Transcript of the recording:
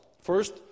First